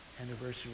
anniversary